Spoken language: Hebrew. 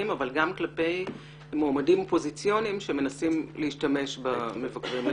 אבל גם כלפי מועמדים אופוזיציוניים שמנסים להשתמש במבקרים.